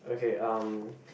okay um